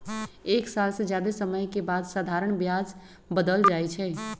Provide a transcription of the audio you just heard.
एक साल से जादे समय के बाद साधारण ब्याज बदल जाई छई